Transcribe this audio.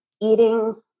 eating